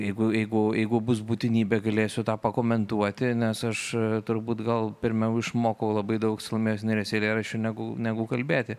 jeigu jeigu jeigu bus būtinybė galėsiu tą pakomentuoti nes aš turbūt gal pirmiau išmokau labai daug salomėjos nėries eilėraščių negu negu kalbėti